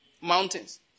Mountains